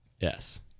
Yes